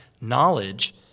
knowledge